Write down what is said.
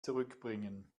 zurückbringen